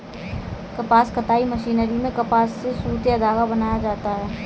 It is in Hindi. कपास कताई मशीनरी में कपास से सुत या धागा बनाया जाता है